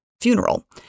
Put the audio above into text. funeral